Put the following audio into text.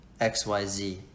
XYZ